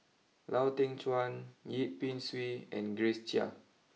Lau Teng Chuan Yip Pin Xiu and Grace Chia